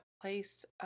place